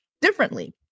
differently